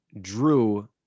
Drew